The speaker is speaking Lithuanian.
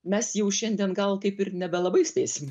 mes jau šiandien gal kaip ir nebelabai spėsim